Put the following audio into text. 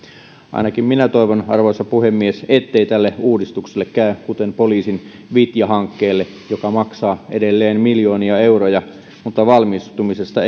ainakin minä toivon arvoisa puhemies ettei tälle uudistukselle käy kuten poliisin vitja hankkeelle joka maksaa edelleen miljoonia euroja mutta valmistumisesta